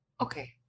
Okay